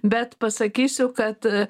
bet pasakysiu kad